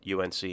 UNC